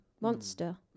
Monster